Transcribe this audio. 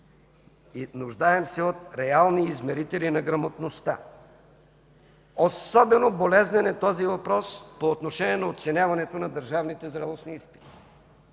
Нуждаем се от реални измерители на грамотността. Особено болезнен е този въпрос по отношение на оценяването на държавните зрелостни изпити.